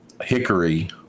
hickory